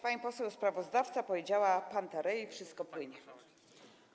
Pani poseł sprawozdawca powiedziała: panta rhei, wszystko płynie.